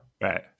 Right